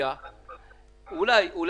לו מישהו היה נותן לחשיבה האסטרטגית